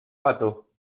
pato